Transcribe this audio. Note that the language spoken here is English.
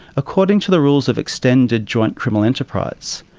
according to the rules of extended joint criminal enterprise,